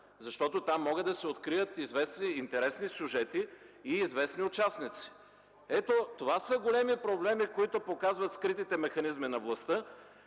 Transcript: защото могат да се открият известни интересни сюжети и известни участници! Това са големите проблеми, които показват скритите механизми на властта.